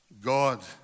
God